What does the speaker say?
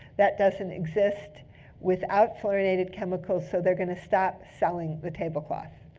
that doesn't exist without fluorinated chemicals, so they're going to stop selling the tablecloth,